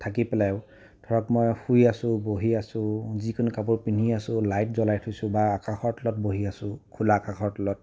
থাকি পেলাইও ধৰক মই শুই আছোঁ বহি আছোঁ যিকোনো কাপোৰ পিন্ধি আছোঁ লাইট জলাই থৈছোঁ বা আকাশৰ তলত বহি আছোঁ খোলা আকাশৰ তলত